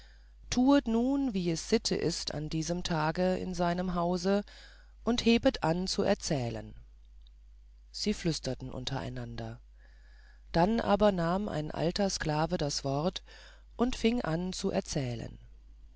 tuet nun wie es sitte ist an diesem tage in seinem hause und hebet an zu erzählen sie flüsterten untereinander dann aber nahm ein alter sklave das wort und fing an zu erzählen